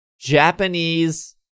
Japanese